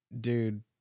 dude